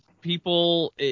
people